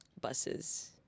buses